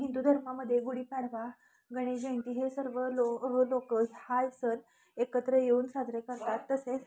हिंदू धर्मामध्ये गुढीपाडवा गणेश जयंती हे सर्व लो लोकं हा सण एकत्र येऊन साजरे करतात तसेच